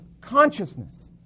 consciousness